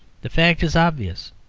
the fact is obvious.